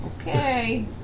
Okay